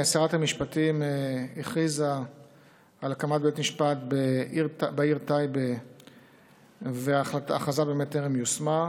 שרת המשפטים הכריזה על הקמת בית משפט בעיר טייבה וההכרזה טרם יושמה.